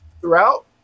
throughout